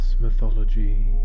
Mythology